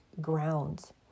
grounds